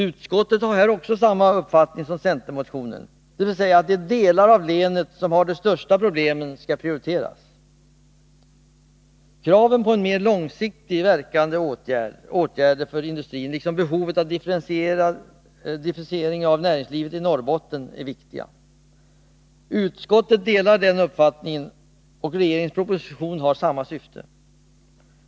Utskottet har samma uppfattning som centermotionärerna, dvs. att de delar av länet som har de största problemen skall prioriteras. Kraven på mera långsiktigt verkande åtgärder för industrin, liksom behov av differentiering av näringslivet i Norrbotten, är viktiga. Utskottet delar denna uppfattning, och regeringens proposition har samma syfte.